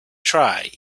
try